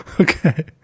Okay